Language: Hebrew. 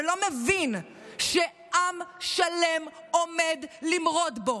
ולא מבין שעם שלם עומד למרוד בו,